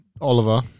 Oliver